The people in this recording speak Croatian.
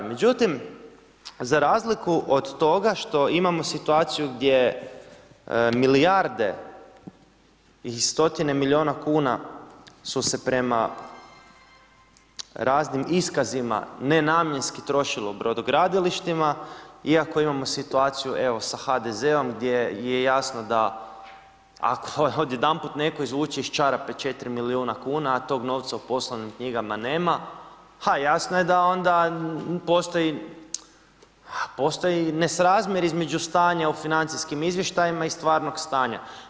Međutim, za razliku od toga što imamo situaciju gdje milijarde i stotine milijuna kuna su se prema raznim iskazima nenamjenski trošila u brodogradilištima iako imamo situaciju evo sa HDZ-om gdje je jasno da ako odjedanput netko izvuče iz čarape 4 milijuna kuna a tog novca u poslovnim knjigama nema ha jasno je da onda postoji nesrazmjer između stanja u financijskim izvještajima i stvarnog stanja.